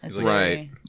Right